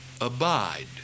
abide